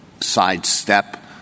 sidestep